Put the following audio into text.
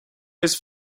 his